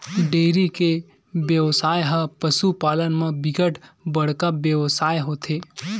dairy के बेवसाय ह पसु पालन म बिकट बड़का बेवसाय होथे